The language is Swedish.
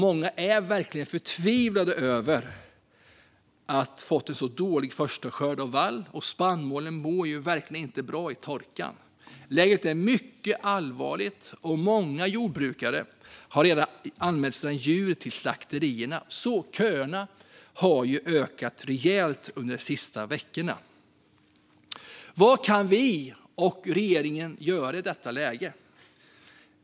Många är förtvivlade över att ha fått en så dålig första skörd av vall, och spannmålen mår verkligen inte bra i torkan. Läget är mycket allvarligt, och många jordbrukare har redan anmält sina djur till slakterierna. Köerna har ökat rejält under de senaste veckorna. Vad kan vi och regeringen göra i detta läge?